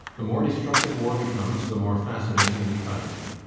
the more destructive war becomes the more fascinating we find it.